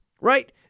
Right